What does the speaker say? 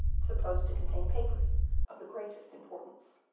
supposed to contain papers of the greatest importance.